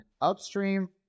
upstream